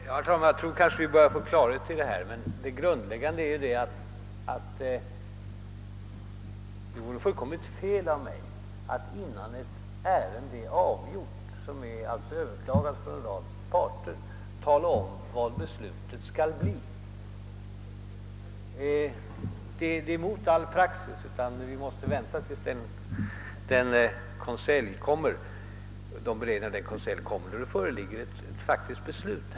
Herr talman! Jag tror att vi nu börjar få klarhet i detta. Det grundläggande är dock att det av mig vore fullkomligt felaktigt att innan ett ärende, som är överklagat från en rad parter, är avgjort tala om vad beslutet kan bli. Detta är mot all praxis, och vi måste vänta till den konselj där det fattas ett faktiskt beslut.